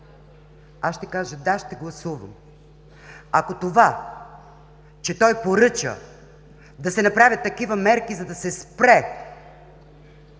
аз ще кажа – да, ще гласувам. Ако това, че той поръча да се направят такива мерки, за да се спре